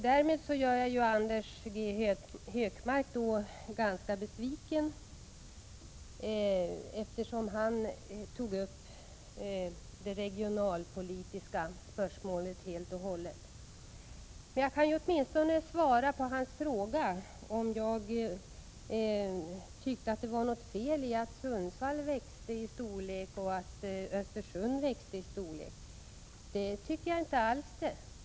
Därmed gör jag kanske Anders G Högmark besviken, eftersom han helt och hållet uppehöll sig vid de regionalpolitiska spörsmålen. Men jag kan åtminstone svara på hans fråga, om jag tyckte att det var något fel i att Sundsvall växte i storlek och att Östersund gjorde det. Det tycker jag inte alls.